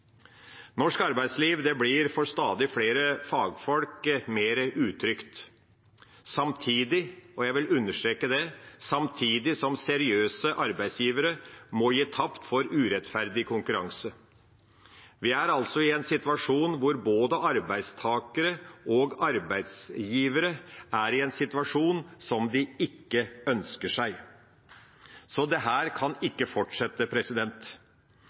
Norsk arbeidsliv blir for stadig flere fagfolk mer utrygt, og samtidig – jeg vil understreke det – som seriøse arbeidsgivere må gi tapt for urettferdig konkurranse. Både arbeidstakere og arbeidsgivere er i en situasjon som de ikke ønsker seg. Dette kan ikke fortsette.